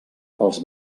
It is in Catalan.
pels